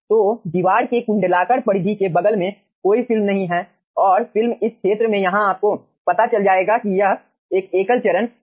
तो दीवार के कुंडलाकार परिधि के बगल में कोई फिल्म नहीं है और फिर इस क्षेत्र में यहाँ आपको पता चल जाएगा की यह एक एकल चरण वाष्प है